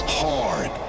hard